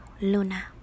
Luna